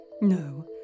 No